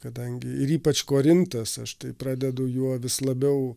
kadangi ir ypač korintas aš tai pradedu juo vis labiau